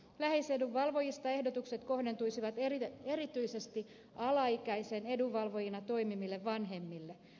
läheisedunvalvojista ehdotukset kohdentuisivat erityisesti alaikäisen edunvalvojina toimiville vanhemmille